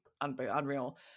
unreal